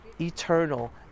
eternal